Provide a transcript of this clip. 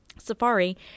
safari